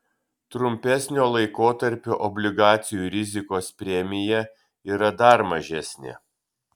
trumpesnio laikotarpio obligacijų rizikos premija yra dar mažesnė